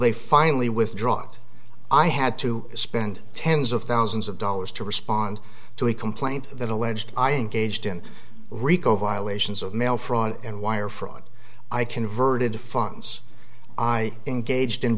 they finally withdraw it i had to spend tens of thousands of dollars to respond to a complaint that alleged i engaged in rico violations of mail fraud and wire fraud i converted to funds i engaged in